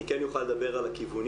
אני כן אוכל לדבר על הכיוונים.